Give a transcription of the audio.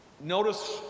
Notice